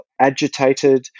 agitated